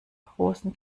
großen